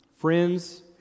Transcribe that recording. friends